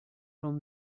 from